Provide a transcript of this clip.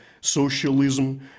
socialism